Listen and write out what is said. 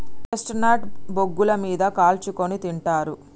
chestnut ను బొగ్గుల మీద కాల్చుకుని తింటారు